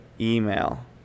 email